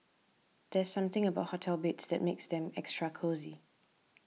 there's something about hotel beds that makes them extra cosy